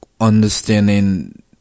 understanding